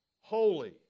Holy